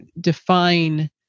define